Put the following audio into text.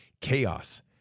chaos